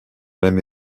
même